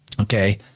Okay